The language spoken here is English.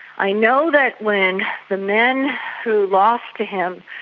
i know that when the men who lost to him,